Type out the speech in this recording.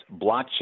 Blockchain